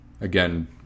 again